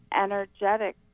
energetic